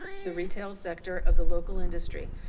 the retail sector of the local industry.